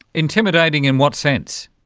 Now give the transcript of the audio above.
intimidating in what sense?